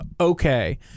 Okay